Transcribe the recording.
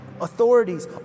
authorities